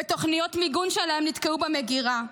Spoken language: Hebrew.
ותוכניות המיגון שלהם נתקעו במגירה,